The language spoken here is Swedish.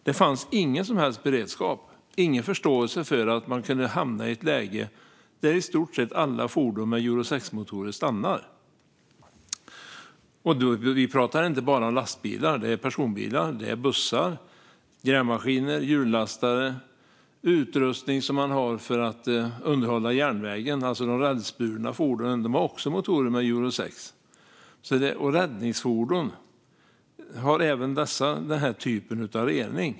Det fanns ingen som helst beredskap och ingen förståelse för att man kunde hamna i ett läge där i stort sett alla fordon med Euro 6-motorer stannar. Och då pratar vi inte bara om lastbilar, utan det är personbilar, bussar, grävmaskiner, hjullastare och utrustning för att underhålla järnvägen, alltså de rälsburna fordonen. Alla dessa har också motorer med Euro 6. Även räddningsfordon har denna typ av rening.